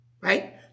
Right